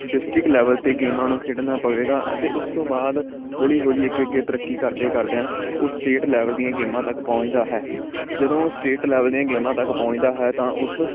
district level 'ਤੇ ਗੇਮਾਂ ਨੂੰ ਖੇਡਣਾ ਪਵੇਗਾ ਅਤੇ ਉਸ ਤੋਂ ਬਾਅਦ ਹੌਲੀ ਹੌਲੀ ਅੱਗੇ ਅੱਗੇ ਤਰੱਕੀ ਕਰਦੇ ਕਰਦਿਆਂ ਉਹ ਸਟੇਟ ਲੈਵਲ ਦੀਆਂ ਗੇਮਾਂ ਤੱਕ ਪਹੁੰਚਦਾ ਹੈ ਜਦੋਂ ਉਹ ਸਟੇਟ ਲੈਵਲ ਦੀਆਂ ਗੇਮਾਂ ਤੱਕ ਪਹੁੰਚਦਾ ਹੈ ਤਾਂ ਉਸ